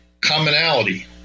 commonality